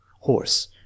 Horse